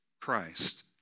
Christ